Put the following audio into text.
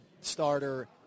starter